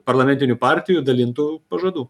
parlamentinių partijų dalintų pažadų